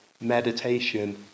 meditation